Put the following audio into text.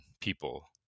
people